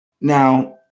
Now